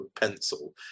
pencil